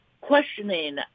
questioning